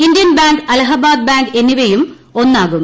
Indian bank Allahabad bank എന്നിവയും ഒന്നാകും